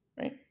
right